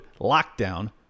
LOCKDOWN